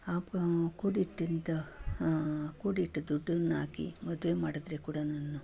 ಆ ಪ ಕೂಡಿಟ್ಟಿದ್ದ ಕೂಡಿಟ್ಟ ದುಡ್ಡನ್ನಾಕಿ ಮದುವೆ ಮಾಡಿದರೆ ಕೂಡನು